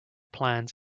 plans